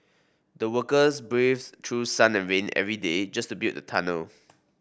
the workers braved through sun and rain every day just to build the tunnel